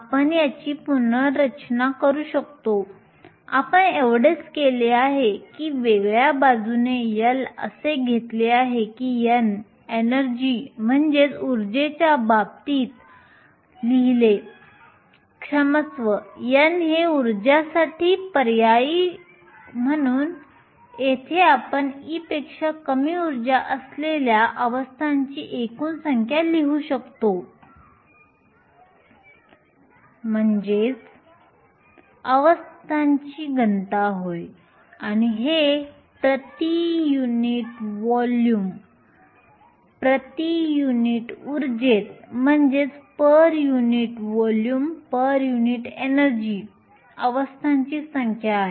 आपण याची पुनर्रचना करू शकतो आपण एवढेच केले आहे की वेगळ्या बाजूने L असे घेतले आहे आणि n उर्जेच्या बाबतीत लिहिले क्षमस्व n हे ऊर्जासाठी पर्यायी आहे म्हणून येथे आपण e पेक्षा कमी उर्जा असलेल्या अवस्थांची एकूण संख्या लिहू शकतो म्हणजेच अवस्थांची घनता होय आणि हे प्रति युनिट व्हॉल्यूम प्रति युनिट ऊर्जेत अवस्थांची संख्या आहे